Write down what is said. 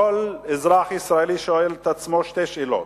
כל אזרח ישראלי שואל את עצמו שתי שאלות: